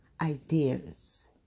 ideas